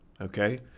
okay